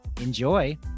Enjoy